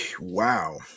Wow